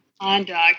conduct